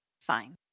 Fine